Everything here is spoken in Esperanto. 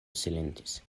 silentis